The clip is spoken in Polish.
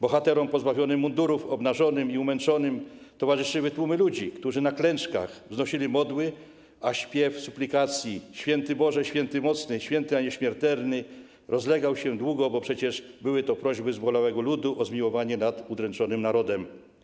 Bohaterom pozbawionym mundurów, obnażonym i umęczonym towarzyszyły tłumy ludzi, którzy na klęczkach wznosili modły, a śpiew suplikacji „Święty Boże, Święty Mocny, Święty a Nieśmiertelny...” rozlegał się długo, bo przecież były to prośby zbolałego ludu o zmiłowanie nad udręczonym narodem.